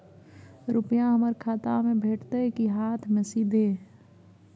रुपिया हमर खाता में भेटतै कि हाँथ मे सीधे?